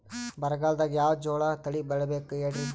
ಬರಗಾಲದಾಗ್ ಯಾವ ಜೋಳ ತಳಿ ಬೆಳಿಬೇಕ ಹೇಳ್ರಿ?